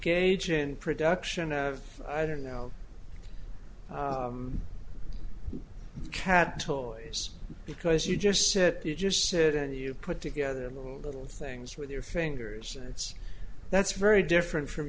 in production of i don't know cat toys because you just said you just said any you put together a little little things with your fingers and it's that's very different from